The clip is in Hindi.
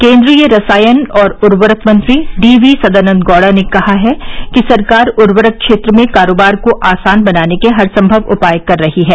केन्द्रीय रसायन और उर्वरक मंत्री डी वी सदानंद गौड़ा ने कहा है कि सरकार उर्वरक क्षेत्र में कारोबार को आसान बनाने के हरसंभव उपाय कर रही है